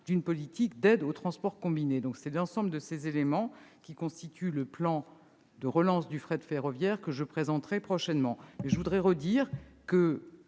une politique d'aide au transport combiné. C'est l'ensemble de ces éléments qui constitue le plan de relance du fret ferroviaire que je présenterai prochainement. Je voudrais redire que